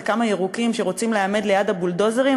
איזה כמה ירוקים שרוצים לעמוד ליד הבולדוזרים,